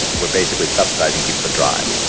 we're basically subsidizing people to drive.